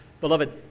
Beloved